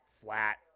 flat